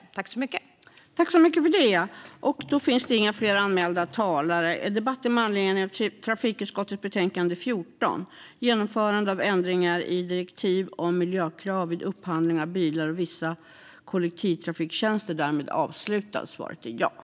Genomförande av ändringar i direktivet om miljökrav vid upp-handling av bilar och vissa kollektivtrafik-tjänster